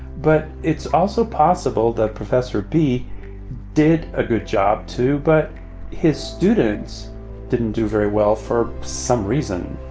but it's also possible that prof. bee did a good job, too, but his students didn't do very well for some reason.